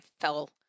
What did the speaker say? fell